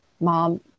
mom